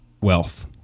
wealth